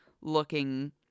looking